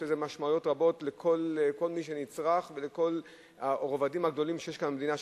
יש לזה משמעויות רבות לכל מי שנצרך ולכל הרבדים הגדולים במדינה,